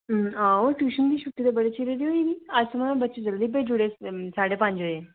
आहो ट्यूशन दी छुट्टी ते बड़े चिरे दी होई गेदी अज्ज सगुआं बच्चे जल्दी भेज्जी ओड़े साड्ढे पंज बजे